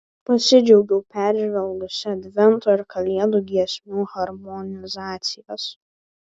pasidžiaugiau peržvelgusi advento ir kalėdų giesmių harmonizacijas